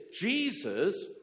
Jesus